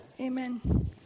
Amen